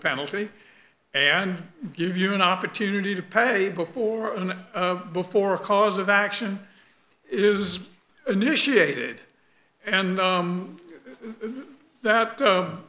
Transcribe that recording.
penalty and give you an opportunity to pay before and before a cause of action is initiated and that